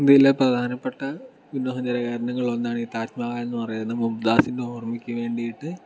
ഇന്ത്യയിലെ പ്രധാനപ്പെട്ട വിനോദസഞ്ചാര കേന്ദ്രങ്ങളിൽ ഒന്നാണ് ഈ താജ് മഹൽ എന്ന് പറയുന്ന മുംതാസിൻ്റെ ഓർമ്മക്ക് വേണ്ടിയിട്ട്